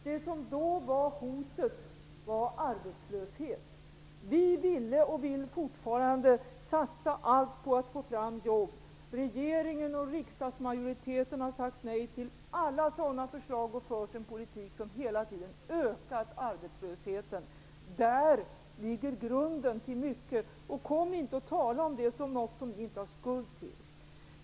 Det som då var hotet var arbetslösheten. Vi ville, och vill fortfarande, satsa allt på att få fram jobb. Regeringen och riksdagsmajoriteten har sagt nej till alla sådana förslag och har fört en politik som hela tiden ökar arbetslösheten. Däri ligger grunden till mycket. Kom inte och tala om detta som något som ni inte har skuld till!